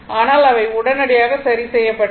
ஆனால் அவை உடனடியாக சரி செய்யப்பட்டது